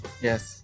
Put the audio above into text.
Yes